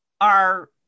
are-